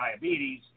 diabetes